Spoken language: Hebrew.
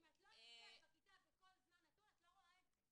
אם את לא נמצאת בכיתה בכל זמן נתון את לא רואה את זה.